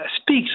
speaks